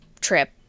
trip